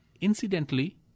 incidentally